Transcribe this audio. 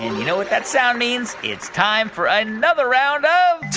you know what that sound means. it's time for another round of. two